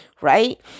right